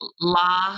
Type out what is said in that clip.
la